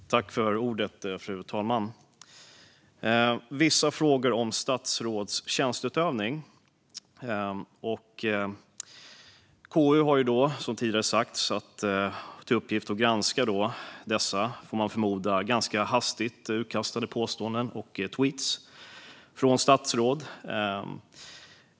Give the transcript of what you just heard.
Fru talman! Vi är nu inne på vissa frågor om statsråds tjänsteutövning. KU har som tidigare sagts till uppgift att granska dessa, får man förmoda, ganska hastigt utkastade påståenden och tweetar från statsråd.